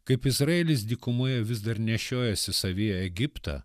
kaip izraelis dykumoje vis dar nešiojasi savyje egiptą